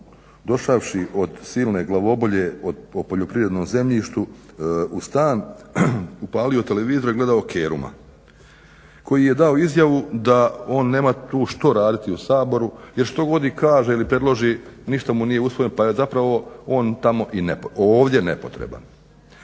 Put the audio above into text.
došavši od silne glavobolje o poljoprivrednom zemljištu u stan, upalio televizor i ugledao Keruma koji je dao izjavu da on nema tu što raditi u Saboru jer što god i kaže ili predloži ništa mu nije usvojeno pa je zapravo on tamo i ovdje nepotreban.